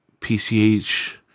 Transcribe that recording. PCH